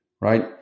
Right